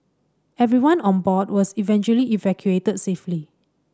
everyone on board was eventually evacuated safely